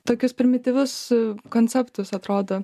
tokius primityvius konceptus atrodo